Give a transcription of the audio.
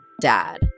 dad